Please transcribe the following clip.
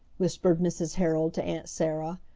whispered mrs. herold to aunt sarah.